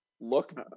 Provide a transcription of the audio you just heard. look